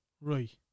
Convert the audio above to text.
right